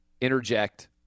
interject